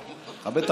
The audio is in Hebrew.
תכבד.